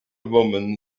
women